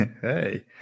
hey